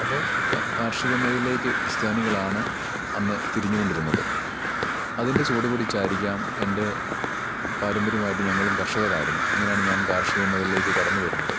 അപ്പോൾ കാർഷിക മേഖലയിലേയ്ക്ക് ക്രിസ്ത്യാനികളാണ് അന്ന് തിരിഞ്ഞുകൊണ്ടിരുന്നത് അതിൻ്റെ ചുവടുപിടിച്ചായിരിക്കാം എൻ്റെ പാരമ്പര്യമായിട്ട് ഞങ്ങളും കർഷകരായിരുന്നു അങ്ങനെയാണ് ഞാൻ കാർഷിക മേഖലയിലേയ്ക്ക് കടന്നുവരുന്നത്